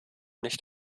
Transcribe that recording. nicht